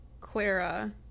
Clara